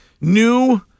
new